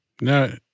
no